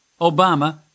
Obama